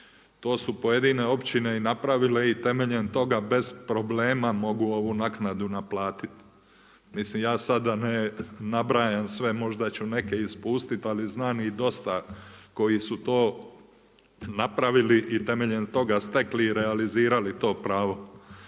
To su pojedine općine napravile i temeljem toga mogu bez problema ovu naknadu naplatiti. Mislim ja sada ne nabrajam sve, možda ću neke ispustiti, ali znam ih dosta koji su to napravili i temeljem toga stekli i realizirali to pravo.